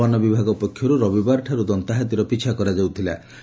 ବନବିଭାଗ ପକ୍ଷରୁ ରବିବାରଠାରୁ ଦନ୍ତାହାତୀର ପିଛା କରାଯାଉଥଲା